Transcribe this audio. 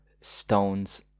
stones